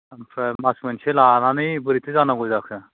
ओमफ्राय मास मोनसे लानानै बोरैथो जानांगौ जाखो